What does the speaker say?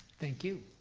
thank you.